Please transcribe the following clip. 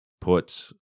put